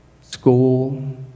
school